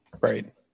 Right